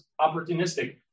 opportunistic